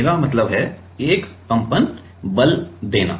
मेरा मतलब है एक कंपन बल देना